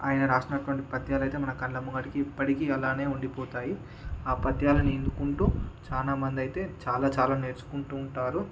ఆయన వ్రాసినటువంటి పద్యాలు అయితే మన కళ్ళముంగటికి ఇప్పటికీ అలానే ఉండిపోతాయి ఆ పద్యాలను ఎన్నుకుంటూ చాలా మందైతే చాలా చాలా నేర్చుకుంటూ ఉంటారు